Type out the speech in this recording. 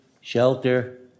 shelter